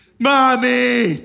Mommy